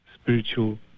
spiritual